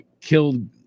killed